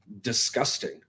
disgusting